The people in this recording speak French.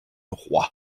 roi